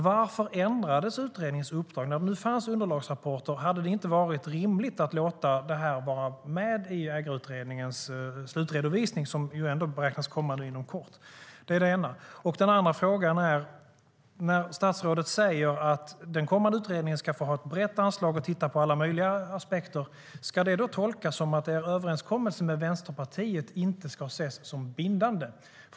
Varför ändrades utredningens uppdrag? Det fanns underlagsrapporter. Hade det inte varit rimligt att låta dem vara med i Ägarprövningsutredningens slutredovisning, som beräknas komma inom kort? Jag har också en annan fråga. Statsrådet säger att den kommande utredningen ska ha ett brett anslag och titta på alla möjliga aspekter. Ska det tolkas som att er överenskommelse med Vänsterpartiet inte ska ses som bindande?